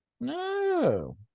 No